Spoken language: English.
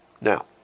Now